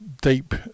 deep